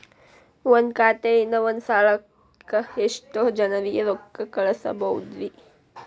ಒಂದ್ ಖಾತೆಯಿಂದ, ಒಂದ್ ಸಲಕ್ಕ ಎಷ್ಟ ಜನರಿಗೆ ರೊಕ್ಕ ಕಳಸಬಹುದ್ರಿ?